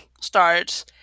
starts